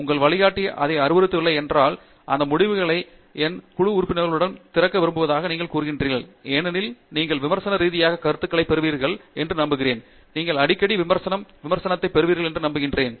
உங்கள் வழிகாட்டி அதை வலியுறுத்தவில்லை என்றால் இந்த முடிவுகளை என் குழு உறுப்பினர்களுடன் திறக்க விரும்புவதாக நீங்கள் கூறுகிறீர்கள் ஏனெனில் நீங்கள் விமர்சன ரீதியான கருத்துக்களைப் பெறுவீர்கள் என்று நம்புகிறேன் நீங்கள் அடிக்கடி விமர்சன விமர்சனத்தைப் பெறுவீர்கள் என்று நம்புகிறேன்